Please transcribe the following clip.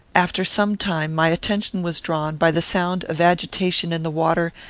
after some time my attention was drawn, by the sound of agitation in the water,